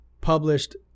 published